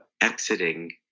exiting